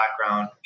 background